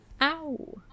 Ow